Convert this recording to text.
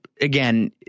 again